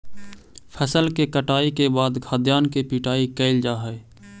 फसल के कटाई के बाद खाद्यान्न के पिटाई कैल जा हइ